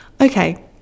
Okay